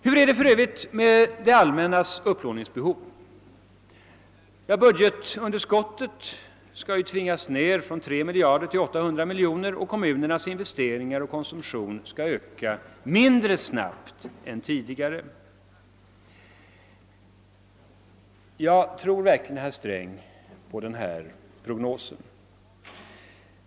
Hur är det för övrigt med det allmännas upplåningsbehov? Budgetunderskottet skall ju tvingas ned från 3 miljarder till 800 miljoner kronor och kommunernas investeringar och konsumtion skall öka mindre snabbt än tidigare. Tror verkligen herr Sträng på denna prognos?